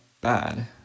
bad